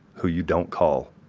who you don't call?